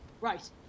Right